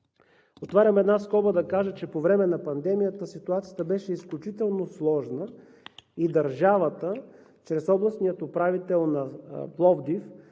Отварям една скоба да кажа, че по време на пандемията ситуацията беше изключително сложна и държавата чрез областния управител на Пловдив